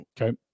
Okay